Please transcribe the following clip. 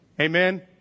Amen